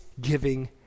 giving